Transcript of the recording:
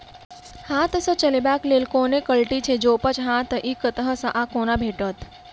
हाथ सऽ चलेबाक लेल कोनों कल्टी छै, जौंपच हाँ तऽ, इ कतह सऽ आ कोना भेटत?